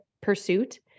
pursuit